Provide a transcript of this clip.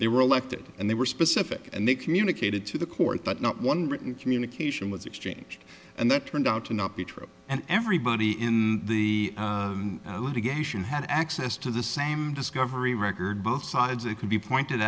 they were elected and they were specific and they communicated to the court that no one written communication was exchanged and that turned out to not be true and everybody in the litigation had access to the same discovery record both sides it could be pointed